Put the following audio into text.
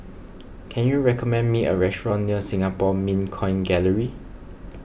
can you recommend me a restaurant near Singapore Mint Coin Gallery